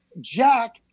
jack